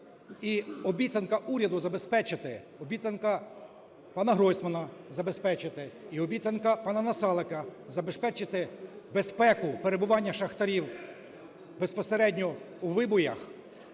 обіцянка уряду забезпечити, обіцянка пана Гройсмана забезпечити, і обіцянка пана Насалика забезпечити безпеку перебування шахтарів безпосередньо у вибоях